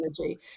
energy